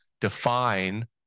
define